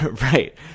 Right